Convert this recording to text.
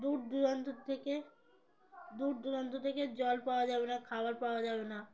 দূর দূরান্ত থেকে দূর দূরান্ত থেকে জল পাওয়া যাবে না খাবার পাওয়া যাবে না